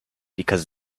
because